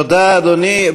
תודה, אדוני.